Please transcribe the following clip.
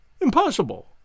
Impossible